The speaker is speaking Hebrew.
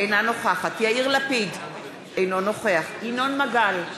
אינה נוכחת יאיר לפיד, אינו נוכח ינון מגל,